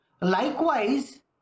Likewise